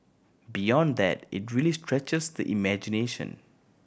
beyond that it really stretches the imagination